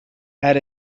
had